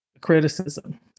criticism